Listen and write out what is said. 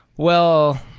well,